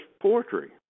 poetry